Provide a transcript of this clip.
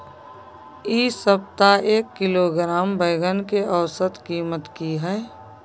इ सप्ताह एक किलोग्राम बैंगन के औसत कीमत की हय?